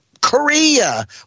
Korea